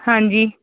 ਹਾਂਜੀ